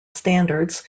standards